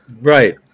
Right